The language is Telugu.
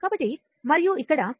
కాబట్టి మరియు ఇక్కడ τ LRThevenin 0